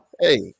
Hey